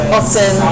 often